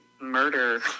murder